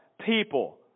People